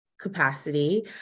capacity